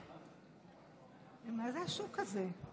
מה זה השוק הזה?